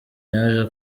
yaje